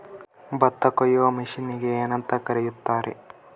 ಭತ್ತ ಕೊಯ್ಯುವ ಮಿಷನ್ನಿಗೆ ಏನಂತ ಕರೆಯುತ್ತಾರೆ?